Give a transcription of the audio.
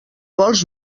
vols